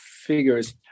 figures